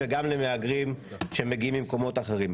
הערבי, וגם למהגרים, שמגיעים ממקומות אחרים.